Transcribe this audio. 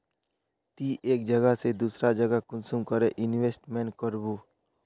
ती एक जगह से दूसरा जगह कुंसम करे इन्वेस्टमेंट करबो?